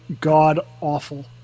god-awful